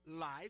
life